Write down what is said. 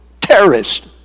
terrorist